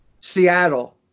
Seattle